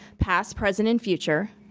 past, present, and future,